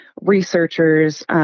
researchers